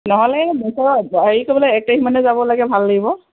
নহ'লে হেৰি কৰিবলৈ এক তাৰিখ মানে যাব লাগে ভাল লাগিব